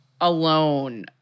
alone